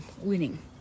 winning